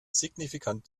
signifikant